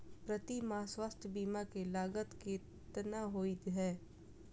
प्रति माह स्वास्थ्य बीमा केँ लागत केतना होइ है?